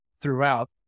throughout